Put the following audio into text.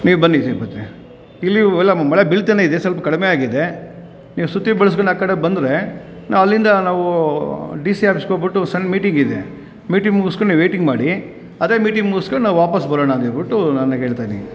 ನೀವು ಬನ್ನಿ ಇಲ್ಲಿ ಎಲ್ಲ ಮಳೆ ಬೀಳ್ತನೇ ಇದೆ ಸ್ವಲ್ಪ ಕಡಿಮೆ ಆಗಿದೆ ನೀವು ಸುತ್ತಿ ಬಳ್ಸ್ಕಂಡು ಆ ಕಡೆ ಬಂದರೆ ನಾವು ಅಲ್ಲಿಂದ ನಾವು ಡಿ ಸಿ ಆಫೀಸಿಗೆ ಹೋಗಿಬಿಟ್ಟು ಸಣ್ಣ ಮೀಟಿಂಗ್ ಇದೆ ಮೀಟಿಂಗ್ ಮುಗುಸ್ಕಂಡು ನೀವು ವೇಯ್ಟಿಂಗ್ ಮಾಡಿ ಅದೇ ಮೀಟಿಂಗ್ ಮುಗುಸ್ಕಂಡು ನಾವು ವಾಪಸ್ ಬರೋಣ ಅಂತ ಹೇಳಿಬಿಟ್ಟು ನಾನು ಹೇಳ್ತಾ ಇದ್ದೀನಿ